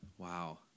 Wow